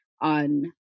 on